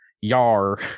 yar